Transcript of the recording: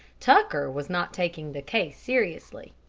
tucker was not taking the case seriously.